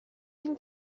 این